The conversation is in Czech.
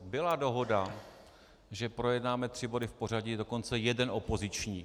Byla dohoda, že projednáme tři body v pořadí, dokonce jeden opoziční.